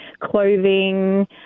clothing